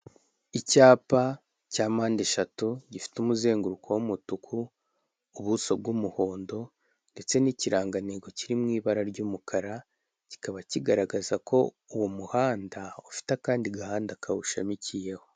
Icyapa cya mpandeshatu gifite umuzenguruko w'umutuku, ubuso bw'umuhondo ndetse n'ikirangantego kiri mu ibara ry'umukara, kikaba kigaragaza ko uwo muhanda ufite akandi gahanda kawushamikiyeho.